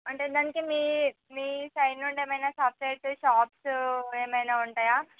అంటే దానికి మీ మీ సైడ్ నుండి ఏమైనా సెపరేట్గా షాప్స్ ఏమైనా ఉంటాయా